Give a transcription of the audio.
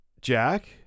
Jack